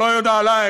ולא היו נעליים,